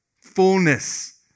fullness